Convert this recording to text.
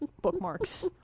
bookmarks